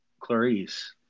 Clarice